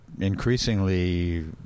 increasingly